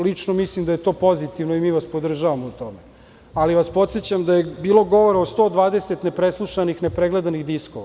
Lično mislim da je to pozitivnoi mi vas podržavamo u tome, ali vas podsećam da je bilo govora o 120 nepreslušanih, nepregledanih diskova.